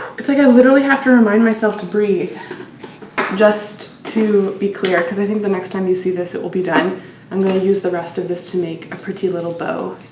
it's like i literally have to remind myself to breathe just to be clear because i think the next time you see this it will be done i'm going to use the rest of this to make a pretty little bow